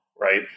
right